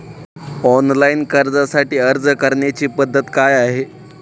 Online कर्जासाठी अर्ज करण्याची पद्धत काय आहे?